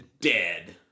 dead